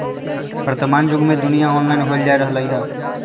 वर्तमान जुग में दुनिया ऑनलाइन होय जा रहल हइ